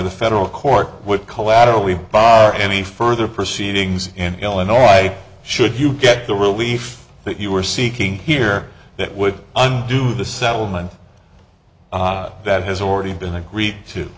the federal court would collateral we are any further proceedings in illinois should you get the relief that you were seeking here that would undo the settlement that has already been agree